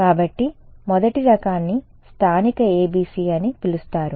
కాబట్టి మొదటి రకాన్ని స్థానిక ABC అని పిలుస్తారు